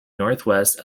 northwest